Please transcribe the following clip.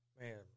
man